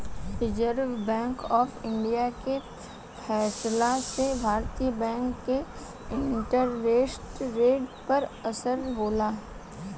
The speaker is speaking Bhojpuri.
रिजर्व बैंक ऑफ इंडिया के फैसला से भारतीय बैंक में इंटरेस्ट रेट पर असर होला